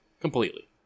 completely